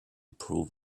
prove